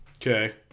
Okay